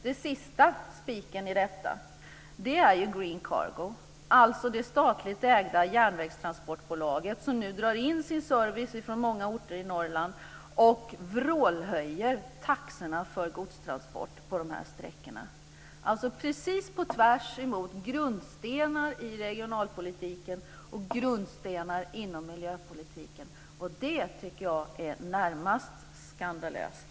Den sista spiken i detta är Green Cargo, alltså det statligt ägda järnvägstransportbolaget, som nu drar in sin service på många orter i Norrland och vrålhöjer taxorna för godstransport på de här sträckorna. Det är precis på tvärs mot grundstenar i regionalpolitiken och grundstenar inom miljöpolitiken. Det tycker jag är närmast skandalöst.